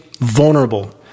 vulnerable